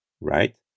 right